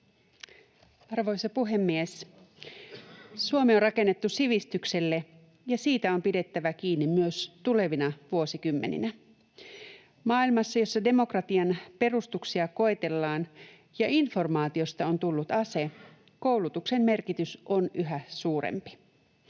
Arvoisa puhemies! Suomi on rakennettu sivistykselle, ja siitä on pidettävä kiinni myös tulevina vuosikymmeninä. Maailmassa, jossa demokratian perustuksia koetellaan ja informaatiosta on tullut ase, koulutuksen merkitys on yhä suurempi.